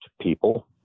people